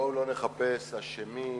בואו לא נחפש אשמים,